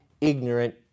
ignorant